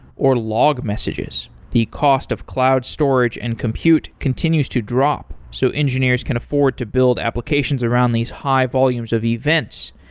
or log messages. the cost of cloud storage and compute continues to drop, so engineers can afford to build applications around these high volumes of events.